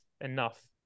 enough